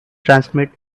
transmit